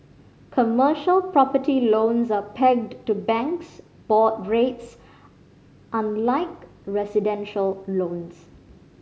commercial property loans are pegged to banks' board rates unlike residential loans